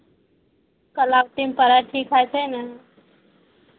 कलावतीमे पढ़ाइ ठीक होइ छै ने